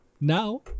now